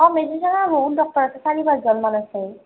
অ' মেডিচিনৰ বহুত ডক্টৰ আছে চাৰি পাঁচজন মান আছে